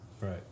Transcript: Right